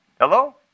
Hello